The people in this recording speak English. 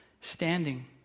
standing